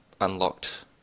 unlocked